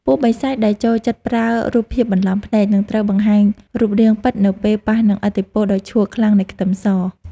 ពួកបិសាចដែលចូលចិត្តប្រើរូបភាពបន្លំភ្នែកនឹងត្រូវបង្ហាញរូបរាងពិតនៅពេលប៉ះនឹងឥទ្ធិពលដ៏ឆួលខ្លាំងនៃខ្ទឹមស។